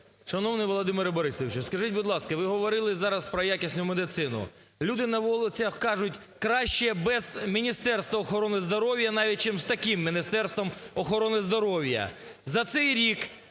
Шановний Володимире Борисовичу, скажіть, будь ласка, ви говорили зараз про якісну медицину. Люди на вулицях кажуть: краще без Міністерства охорони здоров'я навіть, чим з таким Міністерством охорони здоров'я.